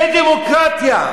זה דמוקרטיה.